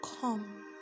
Come